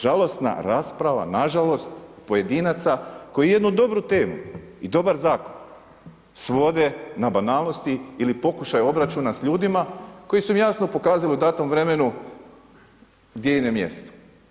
Žalosna rasprava nažalost, pojedinaca koji jednu dobru temu i dobar zakon svode na banalnosti ili pokušaj obračuna s ljudima koji su mi jasno pokazali u datom vremenu gdje im je mjesto.